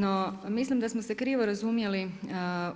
No, mislim da smo se krivo razumjeli